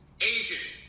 Asian